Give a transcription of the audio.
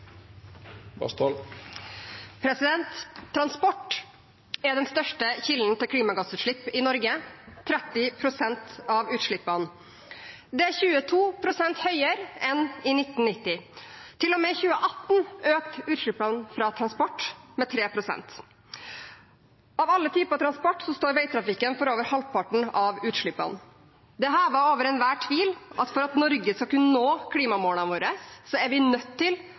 prosjektet. Transport er den største kilden til klimagassutslipp i Norge – 30 pst. av utslippene. Det er 22 pst. høyere enn i 1990. Til og med i 2018 økte utslippene fra transport med 3 pst. Av alle typer transport står veitrafikken for over halvparten av utslippene. Det er hevet over enhver tvil at for at Norge skal kunne nå klimamålene sine, er vi nødt til